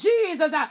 Jesus